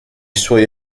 suoi